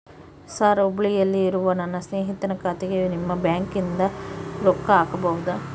Sir ಹುಬ್ಬಳ್ಳಿಯಲ್ಲಿ ಇರುವ ನನ್ನ ಸ್ನೇಹಿತನ ಖಾತೆಗೆ ನಿಮ್ಮ ಬ್ಯಾಂಕಿನಿಂದ ರೊಕ್ಕ ಹಾಕಬಹುದಾ?